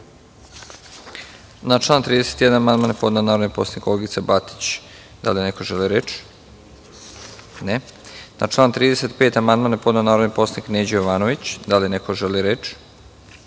Na član 31. amandman je podnela narodni poslanik Olgica Batić. Da li neko želi reč? (Ne)Na član 35. amandman je podneo narodni poslanik Neđo Jovanović. Da li neko želi reč?